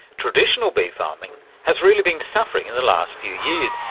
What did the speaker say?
traditional bee farming has really been suffering in the last few years,